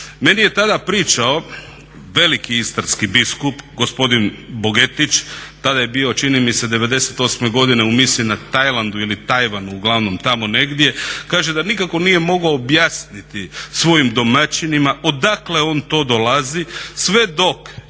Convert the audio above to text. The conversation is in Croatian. Meni je tada pričao veliki istarski biskup gospodin Bogetić, tada je bio čini mi se '98. godine u misiji na Tajlandu ili Tajvanu, uglavnom tamo negdje, kaže da nikako nije mogao objasniti svojim domaćinima odakle on to dolazi sve dok